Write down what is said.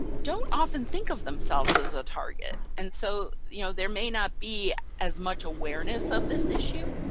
don't often think of themselves as a target. and so you know there may not be as much awareness of this issue.